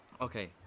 Okay